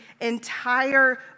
entire